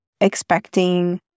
expecting